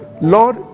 Lord